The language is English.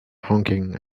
honking